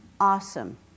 awesome